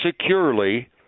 securely